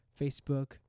Facebook